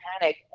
panic